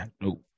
no